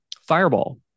fireball